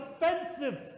offensive